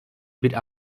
bir